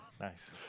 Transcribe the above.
Nice